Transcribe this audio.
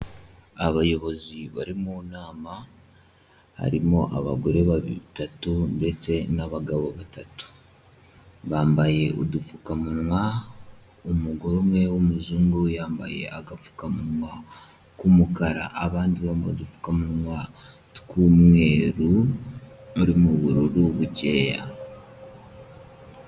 Abayobozi bari mu nama harimo abagore batatu ndetse n'abagabo batatu, bambaye udupfukamunwa, umugore umwe w'umuzungu yambaye agapfukamunwa k'umukara abandi bambaye udupfukamunwa tw'umweru turimo ubururu bukeya.